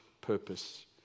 purpose